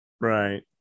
Right